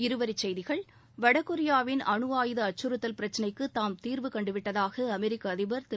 இருவரிச் செய்திகள் வடகொரியாவின் அனு ஆயுத அச்சுறுத்தல் பிரச்னைக்கு தாம் தீர்வு கண்டுவிட்டதாக அமெரிக்க அதிபர் திரு